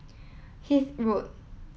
Hythe Road